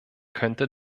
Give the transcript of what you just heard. könnte